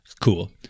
Cool